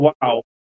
Wow